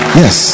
yes